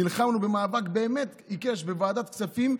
נלחמנו במאבק באמת עיקש בוועדת הכספים,